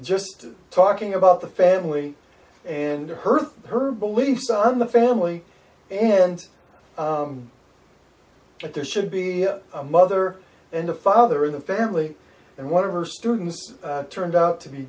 just talking about the family and her her beliefs on the family and that there should be a mother and a father in the family and one of her students turned out to be